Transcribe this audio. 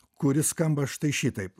kuris skamba štai šitaip